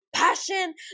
passion